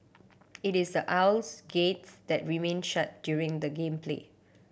it is the aisle gates that remain shut during the game play